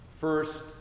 First